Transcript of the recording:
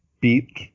beat